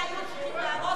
ועשו בצדק,